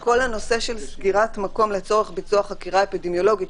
כל הנושא של סגירת מקום לצורך ביצוע חקירה אפידמיולוגית,